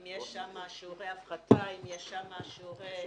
אם יש שם שיעורי הפחתה,